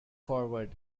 forward